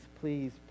please